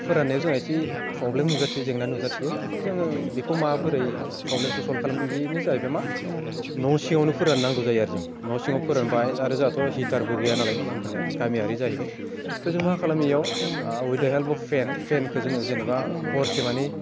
फोराननायाव जोंहा एसे प्रब्लेम नुजाथियो जेंना नुजाथियो ओमफ्राय जोङो बेखौ माबोरै प्रब्लेमखौ सल्भ खालामो बेनो जाहैबाय मा न' सिङावनो फोराननांगौ जाहैयो आरो जों न' सिङाव फोरानबाय आरो जाहाथ' हिटारबो गैया नालाय जोंफोरनिया गामियारि जाहैबाय ओमफ्राय जों मा खालामो बेयाव उइथ डा हेल्प अफ फेन फेनखो जोङो जेनेबा हरसेमानि